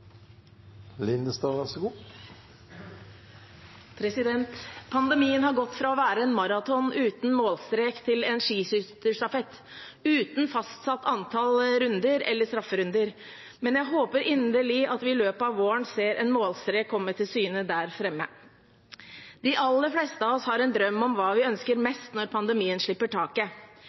Pandemien har gått fra å være en maraton uten målstrek til en skiskytterstafett uten fastsatt antall runder eller strafferunder. Men jeg håper inderlig at vi i løpet av våren ser en målstrek komme til syne der fremme. De aller fleste av oss har en drøm om hva vi ønsker mest når pandemien slipper taket.